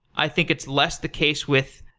i think it's less the case with,